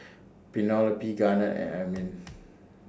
Penelope Garnett and Ermine